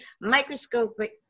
microscopic